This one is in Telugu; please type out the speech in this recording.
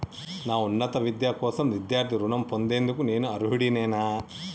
నా ఉన్నత విద్య కోసం విద్యార్థి రుణం పొందేందుకు నేను అర్హుడినేనా?